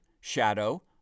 Shadow